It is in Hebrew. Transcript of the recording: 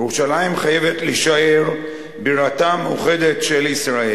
ירושלים חייבת להישאר בירתה המאוחדת של ישראל.